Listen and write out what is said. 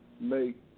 make